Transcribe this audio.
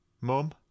Mum